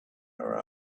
her